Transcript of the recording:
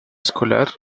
escolar